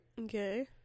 Okay